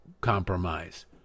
compromise